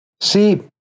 See